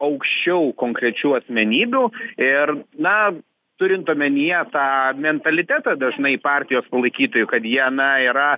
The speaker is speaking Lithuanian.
aukščiau konkrečių asmenybių ir na turint omenyje tą mentalitetą dažnai partijos palaikytojų kad jie na yra